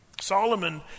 Solomon